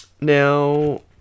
now